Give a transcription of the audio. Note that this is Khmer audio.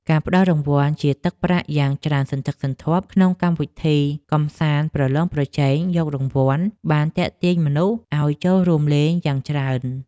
ការផ្តល់រង្វាន់ជាទឹកប្រាក់យ៉ាងច្រើនសន្ធឹកសន្ធាប់ក្នុងកម្មវិធីកម្សាន្តប្រឡងប្រជែងយករង្វាន់បានទាក់ទាញមនុស្សឱ្យចូលរួមលេងយ៉ាងច្រើន។